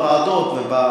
לא, לא, בוועדות.